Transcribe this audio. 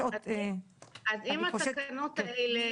אז אם התקנות האלה